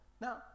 Now